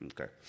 okay